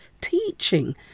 teaching